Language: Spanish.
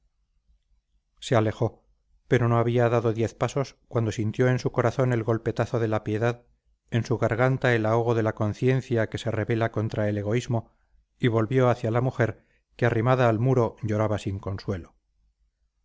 se alejó pero no había dado diez pasos cuando sintió en su corazón el golpetazo de la piedad en su garganta el ahogo de la conciencia que se rebela contra el egoísmo y volvió hacia la mujer que arrimada al muro lloraba sin consuelo